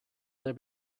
there